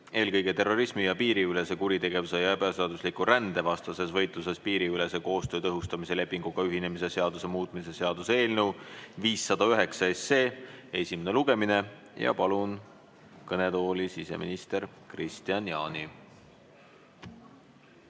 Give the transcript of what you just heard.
eelkõige terrorismi‑, piiriülese kuritegevuse ja ebaseadusliku rände vastases võitluses piiriülese koostöö tõhustamise lepinguga ühinemise seaduse muutmise seaduse eelnõu 509 esimene lugemine. Palun kõnetooli siseminister Kristian Jaani.